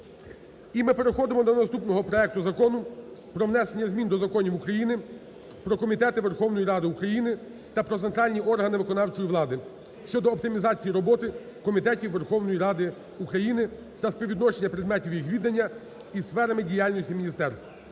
І ми переходимо до наступного проекту Закону про внесення змін до законів України "Про комітети Верховної Ради України" та "Про центральні органи виконавчої влади" щодо оптимізації роботи комітетів Верховної Ради України та співвідношення предметів їх відання із сферами діяльності міністерств